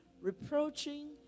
reproaching